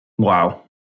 Wow